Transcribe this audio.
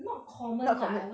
not common lah